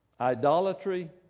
idolatry